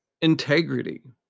integrity